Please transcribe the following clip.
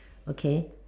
okay